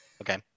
Okay